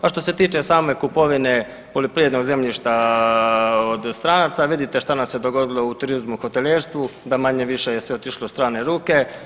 A što se tiče same kupovine poljoprivrednog zemljišta od stranaca vidite šta nam se dogodilo u turizmu, u hotelijerstvu da manje-više je sve otišlo u strane ruke.